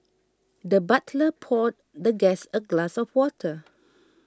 the butler poured the guest a glass of water